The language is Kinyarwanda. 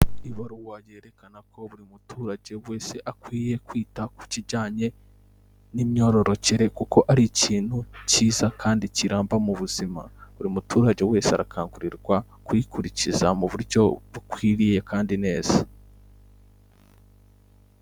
Ibaruwa yerekana ko buri muturage wese akwiye kwita ku kijyanye n'imyororokere kuko ari ikintu kiza kandi kiramba mu buzima. Buri muturage wese arakangurirwa kuyikurikiza mu buryo bukwiriye kandi neza.